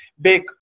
big